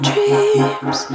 Dreams